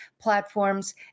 platforms